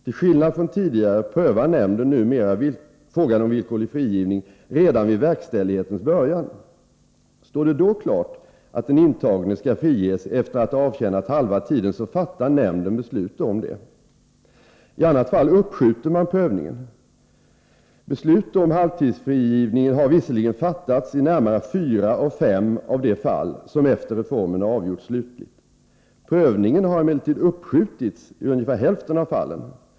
Till skillnad från tidigare prövar nämnden numera frågan om villkorlig frigivning redan vid verkställighetens början. Står det då klart att den intagne skall friges efter att ha avtjänat halva tiden, fattar nämnden beslut om det. I annat fall uppskjuter man prövningen. Beslut om halvtidsfrigivning har visserligen fattats i närmare fyra av fem av de fall som efter reformen har avgjorts slutligt. Prövningen har emellertid uppskjutits i ungefär hälften av fallen.